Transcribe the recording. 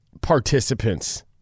participants